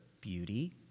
beauty